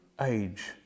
age